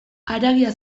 haragia